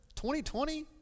2020